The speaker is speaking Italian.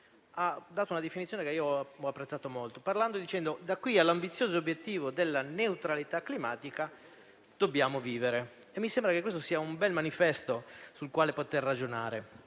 ha dato una definizione che ho apprezzato molto: da qui all'ambizioso obiettivo della neutralità climatica, dobbiamo vivere. Mi sembra che questo sia un bel manifesto sul quale poter ragionare.